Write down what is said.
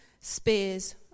spears